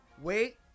Wait